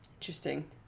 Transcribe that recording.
Interesting